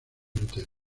lutero